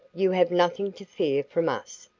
you have nothing to fear from us,